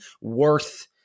worth